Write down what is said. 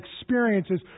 experiences